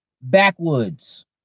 backwoods